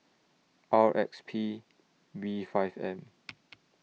R X P B five M